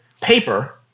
paper